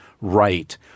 right